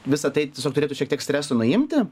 visa tai tiesiog turėtų šiek tiek streso nuimti